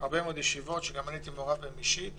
הרבה מאוד ישיבות שגם אני הייתי מעורב בהן אישית